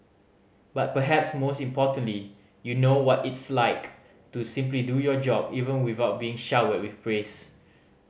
but perhaps most importantly you know what it's like to simply do your job even without being showered with praise